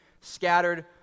scattered